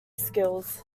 skills